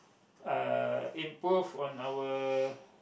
uh improve on our